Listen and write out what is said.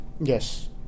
yes